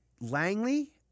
Langley